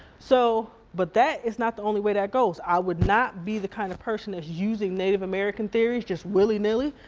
so but that is not the only way that goes, i would not be the kind of person that's using native american theories just willy nilly,